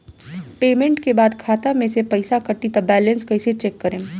Payment के बाद खाता मे से पैसा कटी त बैलेंस कैसे चेक करेम?